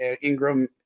Ingram